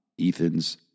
Ethan's